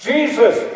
Jesus